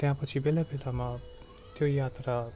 त्यहाँ पछि बेला बेलामा त्यो यात्रा